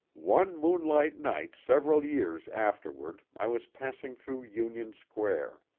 one moonlight night several years afterward i was passing through union square.